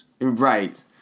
Right